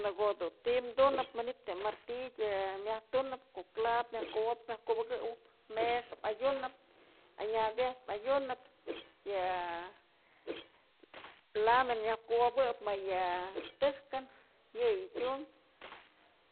Në ko'o dun ti'i tunëp manytë yë martillë myaj tunëp ko'o clavo myaj kuwop myaj kubëkëwëb, mexë madyunëp, anyabyejtë adyunëp yë lamina myaj kuwobëp mëyë tëjkën yëyë tyum.